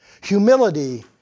Humility